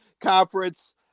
conference